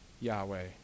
Yahweh